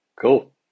Cool